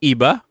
Iba